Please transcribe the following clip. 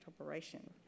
operation